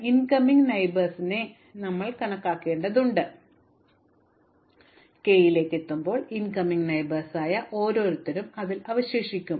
ഇപ്പോൾ ടോപ്പോളജിക്കൽ ക്രമത്തിൽ വെർട്ടീസുകൾ ക്രമീകരിച്ച് ആ ശ്രേണിയിലെ ഏറ്റവും ദൈർഘ്യമേറിയ പാത ഞങ്ങൾ കണക്കുകൂട്ടുകയാണെങ്കിൽ നമ്മൾ k ലേക്ക് എത്തുമ്പോൾ ഇൻകമിംഗ് അയൽവാസികളായ ഓരോരുത്തരും അതിൽ അവശേഷിക്കും